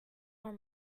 one